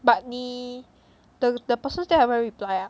but 你 the the person still haven't reply ah